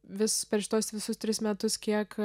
vis per šituos visus tris metus kiek